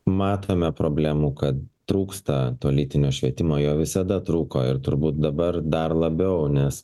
matome problemų kad trūksta to lytinio švietimo jo visada trūko ir turbūt dabar dar labiau nes